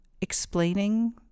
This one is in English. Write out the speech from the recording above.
explaining